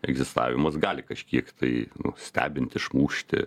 egzistavimas gali kažkiek tai nustebinti išmušti